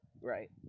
Right